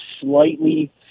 slightly